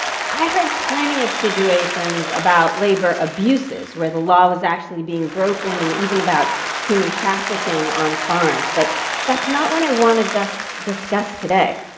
i heard plenty of situations about labor abuses where the law was actually being broken and even about human trafficking on farms. but that's not what i wanted to discuss today.